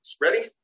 Ready